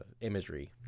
imagery